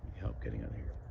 help getting up here?